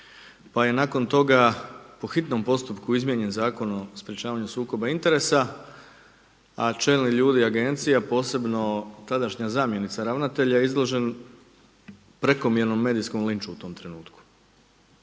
Pa je nakon toga po hitnom postupku izmijenjen Zakon o sprječavanju sukoba interesa, a čelni ljudi Agencije, a posebno tadašnja zamjenica ravnatelja je izložen prekomjernom medijskom linču u tome trenutku.